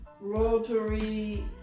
Rotary